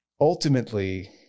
ultimately